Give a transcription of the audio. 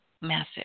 massive